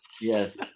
Yes